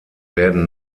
werden